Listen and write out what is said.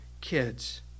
kids